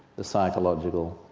the psychological,